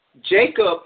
Jacob